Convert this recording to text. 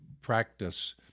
practice